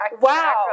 wow